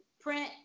print